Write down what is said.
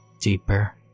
Deeper